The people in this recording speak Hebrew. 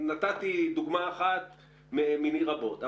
נתתי דוגמה אחת מני רבות.